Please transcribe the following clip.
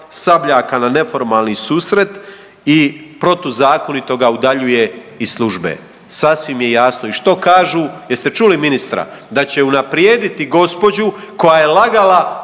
Sabljaka na neformalni susret i protuzakonito ga udaljuje iz službe. Sasvim je jasno i što kažu jeste čuli ministra? Da će unaprijediti gospođu koja je lagala